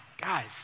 Guys